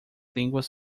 línguas